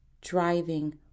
Driving